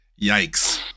Yikes